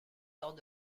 lors